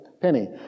penny